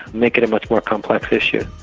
make it a much more complex issue.